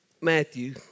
Matthew